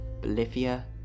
Bolivia